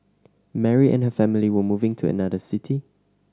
Mary and her family were moving to another city